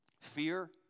fear